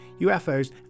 UFOs